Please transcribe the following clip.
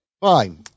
fine